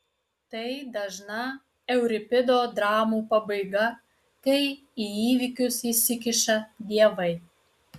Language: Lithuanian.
tai dažna euripido dramų pabaiga kai į įvykius įsikiša dievai